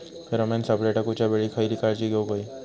Pheromone सापळे टाकूच्या वेळी खयली काळजी घेवूक व्हयी?